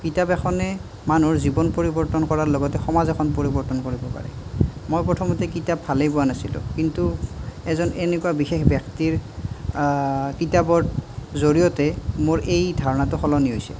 কিতাপ এখনে মানুহৰ জীৱন পৰিৱৰ্তন কৰাৰ লগতে সমাজ এখন পৰিৱৰ্তন কৰিব পাৰে মই প্ৰথমতে কিতাপ ভালেই পোৱা নাছিলোঁ কিন্তু এজন এনেকুৱা বিশেষ ব্যক্তিৰ কিতাপৰ জৰিয়তে মোৰ এই ধাৰণাটো সলনি হৈছে